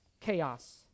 chaos